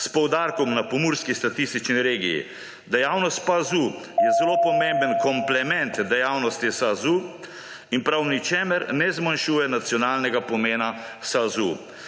s poudarkom na pomurski statistični regiji. Dejavnost PAZU je zelo pomemben komplement dejavnosti SAZU in prav v ničemer ne zmanjšuje nacionalnega pomena SAZU.